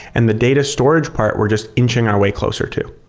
and the data storage part, we're just inching our way closer to.